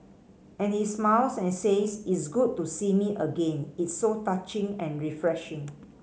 and he smiles and says it's good to see me again it's so touching and refreshing